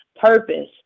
Purpose